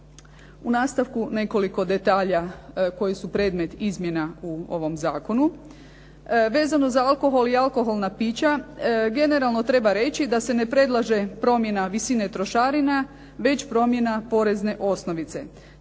U nastavku nekoliko detalja koji su predmet izmjena u ovom zakonu. Vezano za alkohol i alkoholna pića generalno treba reći da se ne predlaže promjena visine trošarina već promjena porezne osnovice.